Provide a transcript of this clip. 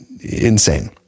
insane